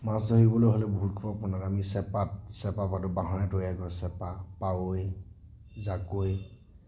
মাছ ধৰিবলৈ হ'লে বহুত সময় আপোনাৰ আমি চেপাত চেপা পাতোঁ বাঁহেৰে তৈয়াৰ কৰি চেপা পাৱৈ জাকৈ